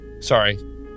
Sorry